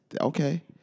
Okay